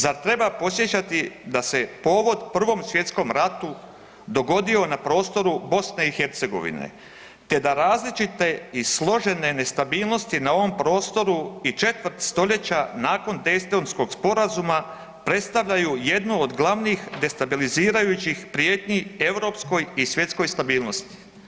Zar treba podsjećati da se je povod Prvom svjetskom ratu dogodio na prostoru BiH, te da različite i složene nestabilnosti na ovom prostoru bi četvrt stoljeća nakon Testonskog sporazuma predstavljaju jednu od glavnih destabilizirajućih prijetnji europskoj i svjetskoj stabilnosti.